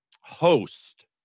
host